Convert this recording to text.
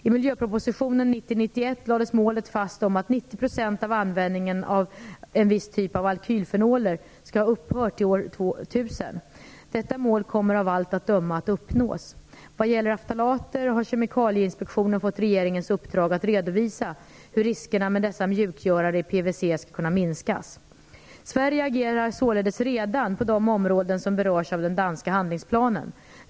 I miljöpropositionen 1990/91 lades målet fast om att 90 % av användningen av en viss typ av alkylfenoler skall ha upphört till år 2000. Detta mål kommer av allt att döma att uppnås. Vad gäller ftalater har Kemikalieinspektionen fått regeringens uppdrag att redovisa hur riskerna med dessa mjukgörare i PVC skall kunna minskas. Sverige agerar således redan på de områden som berörs av den danska handlingsplanen.